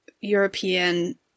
European